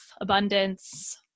abundance